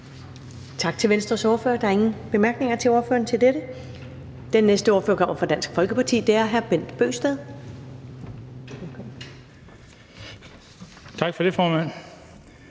Tak til Venstres ordfører. Der er ingen bemærkninger til ordføreren til dette. Den næste ordfører kommer fra Dansk Folkeparti. Det er hr. Bent Bøgsted. Velkommen.